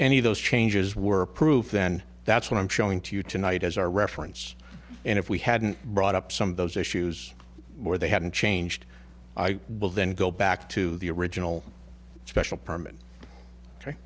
any of those changes were approved then that's what i'm showing to you tonight as our reference and if we hadn't brought up some of those issues where they hadn't changed i will then go back to the original special permit